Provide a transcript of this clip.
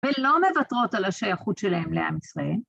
ולא מבתרות על השייכות שלהם לעם ישראל.